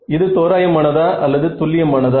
இது தோராயமானதா அல்லது துல்லியமானதா